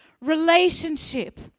relationship